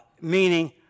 meaning